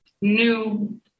new